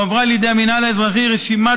והועברה לידי המינהל האזרחי רשימת